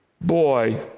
Boy